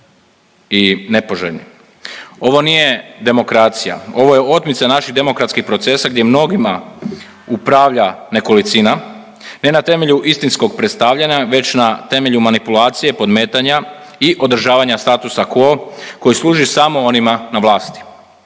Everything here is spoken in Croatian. i nepoželjnim. Ovo nije demokracija, ovo je otmica naših demokratskih procesa gdje mnogima upravlja nekolicina ne na temelju istinskog predstavljanja već na temelju manipulacije, podmetanja i održavanja statusa quo koji služi samo onima na vlasti.